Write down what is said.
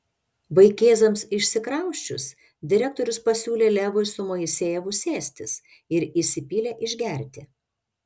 vaikėzams išsikrausčius direktorius pasiūlė levui su moisejevu sėstis ir įsipylė išgerti